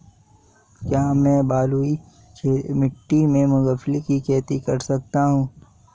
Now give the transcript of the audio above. क्या मैं बलुई मिट्टी में मूंगफली की खेती कर सकता हूँ?